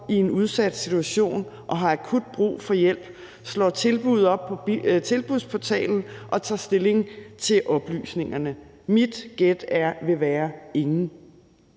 i en udsat situation og har akut brug for hjælp, slår tilbud op på Tilbudsportalen og tager stilling til oplysningerne? Mit gæt vil være: Ingen.